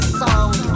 sound